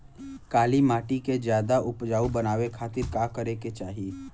काली माटी के ज्यादा उपजाऊ बनावे खातिर का करे के चाही?